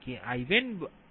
0 છે